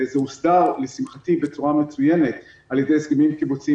זה הוסדר לשמחתי בצורה מצוינת על ידי הסכמים קיבוציים